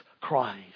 christ